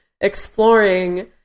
exploring